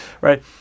right